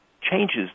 changes